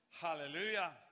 Hallelujah